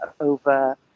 over